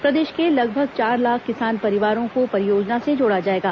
प्रदेश के लगभग चार लाख किसान परिवारों को परियोजना से जोड़ा जाएगा